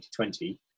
2020